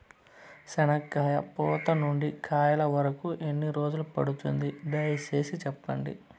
చెనక్కాయ పూత నుండి కాయల వరకు ఎన్ని రోజులు పడుతుంది? దయ సేసి చెప్పండి?